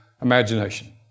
imagination